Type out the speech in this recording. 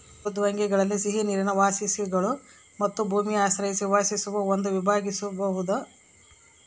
ಮೃದ್ವಂಗ್ವಿಗಳಲ್ಲಿ ಸಿಹಿನೀರಿನ ವಾಸಿಗಳು ಮತ್ತು ಭೂಮಿ ಆಶ್ರಯಿಸಿ ವಾಸಿಸುವ ಎಂದು ವಿಭಾಗಿಸ್ಬೋದು ಅಂತಾರ